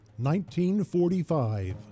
1945